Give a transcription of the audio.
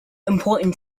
important